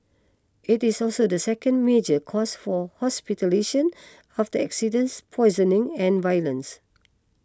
it is also the second major cause for after accidents poisoning and violence